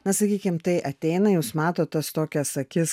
na sakykim tai ateina jūs matot tas tokias akis